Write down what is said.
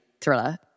thriller